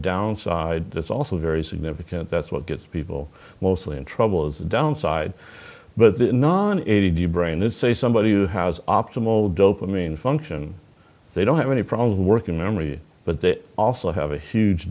downside it's also very significant that's what gets people mostly in trouble is the downside but the non a d d brain in say somebody who has optimal dopamine function they don't have any problem of working memory but they also have a huge